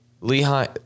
Lehigh